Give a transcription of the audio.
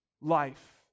life